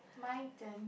my turn